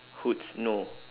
hoods no